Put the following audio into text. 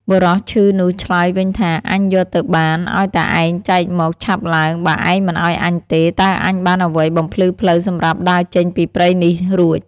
បុរសឈឺនោះឆ្លើយវិញថា "អញយកទៅបាន ឲ្យតែឯងចែកមក ឆាប់ឡើង! បើឯងមិនឲ្យអញទេ តើអញបានអ្វីបំភ្លឺផ្លូវសម្រាប់ដើរចេញពីព្រៃនេះរួច" ។